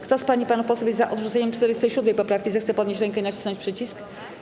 Kto z pań i panów posłów jest za odrzuceniem 47. poprawki, zechce podnieść rękę i nacisnąć przycisk.